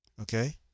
Okay